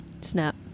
snap